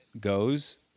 goes